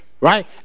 Right